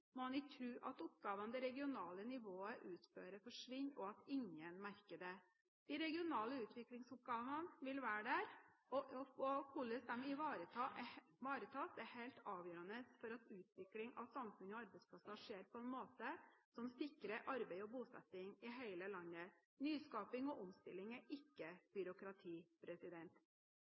må en ikke tro at oppgavene det regionale nivået utfører, forsvinner, og at ingen merker det. De regionale utviklingsoppgavene vil være der, og hvordan de ivaretas, er helt avgjørende for at utvikling av samfunn og arbeidsplasser skjer på en måte som sikrer arbeid og bosetting i hele landet. Nyskaping og omstilling er ikke byråkrati.